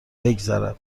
بگذرد